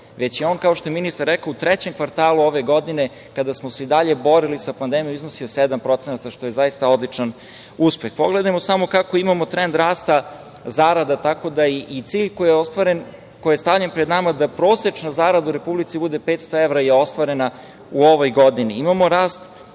već je on, kao što je ministar rekao, u trećem kvartalu ove godine, kada smo se i dalje borili sa pandemijom, iznosio 7%, što je zaista odličan uspeh. Pogledajmo samo kako imamo trend rasta zarada, tako da i cilj koji je stavljen pred nama, da prosečna zarada u Republici bude 500 evra je ostvaren u ovoj godini. Imamo